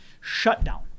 shutdown